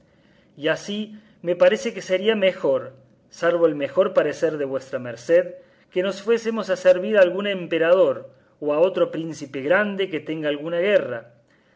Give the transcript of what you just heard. y así me parece que sería mejor salvo el mejor parecer de vuestra merced que nos fuésemos a servir a algún emperador o a otro príncipe grande que tenga alguna guerra